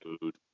food